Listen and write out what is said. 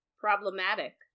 Problematic